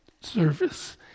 service